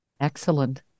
Excellent